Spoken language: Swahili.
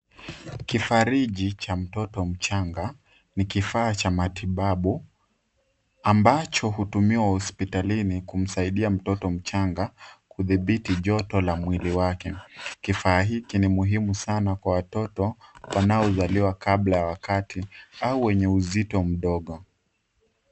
Kifariji cha mtoto mchanga ni kifaa cha matibabu ambacho hutumiwa hospitalini kumsaidia mtoto mchanga kudhibiti joto la mwili wake. Kifaa hiki ni muhimu sana kwa watoto wanaozaliwa kabla ya wakati au wenye uzito mdogo.